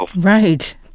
Right